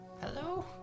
Hello